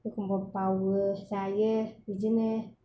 एखनब्ला बावो जायो बिदिनो